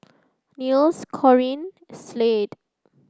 Nils Corine and Slade